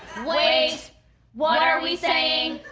wait what are we saying?